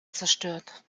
zerstört